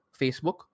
Facebook